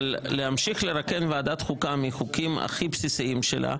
אבל להמשיך לרוקן את ועדת החוקה מהחוקים הכי בסיסיים שלה,